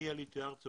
אני עליתי ארצה